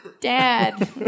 Dad